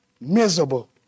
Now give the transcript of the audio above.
miserable